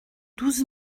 douze